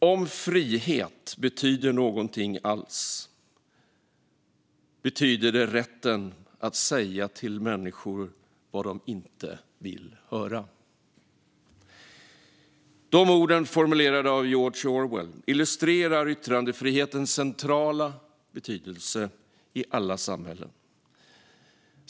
"Om frihet betyder någonting alls betyder det rätten att säga till människor vad de inte vill höra." De orden, formulerade av George Orwell, illustrerar yttrandefrihetens centrala betydelse i alla samhällen.